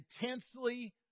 intensely